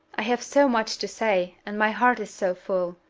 i have so much to say, and my heart is so full!